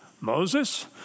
Moses